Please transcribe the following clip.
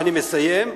אני כבר מסיים.